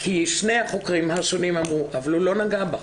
כי שני החוקרים השונים אמרו: אבל הוא לא נגע בך,